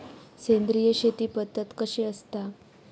सेंद्रिय शेती पद्धत कशी असता?